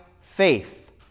faith